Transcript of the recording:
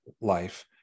life